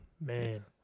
Man